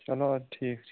چلو ادٕ ٹھیٖک چھُ